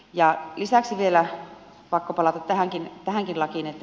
ja lisäksi vielä pakko palata tähänkin lakiin